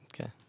Okay